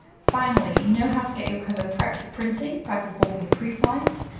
finally, you know how to get your cover prepped for printing by performing a preflight,